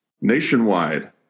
Nationwide